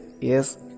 yes